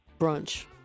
brunch